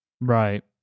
Right